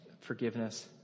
forgiveness